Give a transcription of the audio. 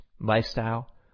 lifestyle